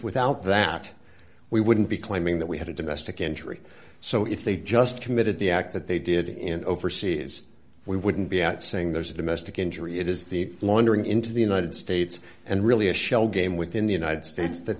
without that we wouldn't be claiming that we had a domestic injury so if they just committed the act that they did in overseas we wouldn't be out saying there's a domestic injury it is the laundering into the united states and really a shell game within the united states that